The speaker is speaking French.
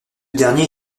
dernier